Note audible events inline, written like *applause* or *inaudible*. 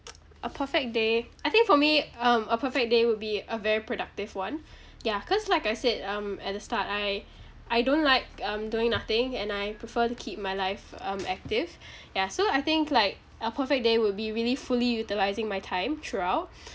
*noise* a perfect day I think for me um a perfect day would be a very productive one ya cause like I said um at the start I I don't like um doing nothing and I prefer to keep my life um active ya so I think like a perfect day would be really fully utilising my time throughout